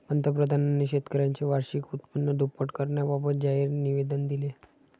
पंतप्रधानांनी शेतकऱ्यांचे वार्षिक उत्पन्न दुप्पट करण्याबाबत जाहीर निवेदन दिले